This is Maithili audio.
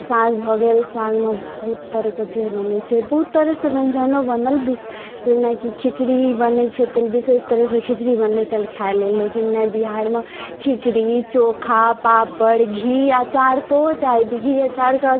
साग भऽ गेल सागमे बहुत तरहके चीज बनै छै बहुत तरहसँ व्यञ्जनो बनल विश जेनाकि खिचड़ी बनै छै कनि विशेष तरहसँ खिचड़ी बनलै जे चल खाय लेल लेकिन नहि बिहारमे खिचड़ी चोखा पापड़ घी अँचार सेहो चाही बिन घी अँचारके